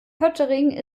poettering